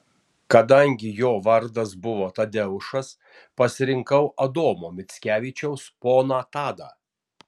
kadangi jo vardas buvo tadeušas pasirinkau adomo mickevičiaus poną tadą